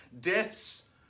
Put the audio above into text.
Deaths